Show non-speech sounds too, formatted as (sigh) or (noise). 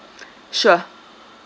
(breath) sure